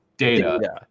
data